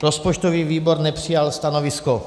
Rozpočtový výbor nepřijal stanovisko.